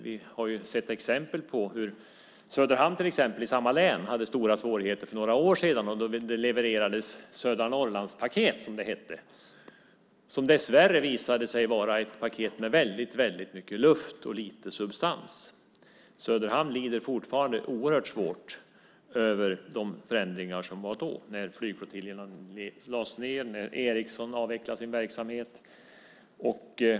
Vi har till exempel sett hur Söderhamn i samma län hade stora svårigheter för några år sedan. Då levererades ett södra Norrlandspaket, som det hette, som dessvärre visade sig vara ett paket med mycket luft och lite substans. Söderhamn lider fortfarande oerhört svårt av de förändringar som blev när flyggflottiljerna lades ned och Ericsson avvecklade sin verksamhet.